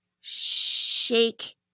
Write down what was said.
Shake